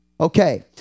Okay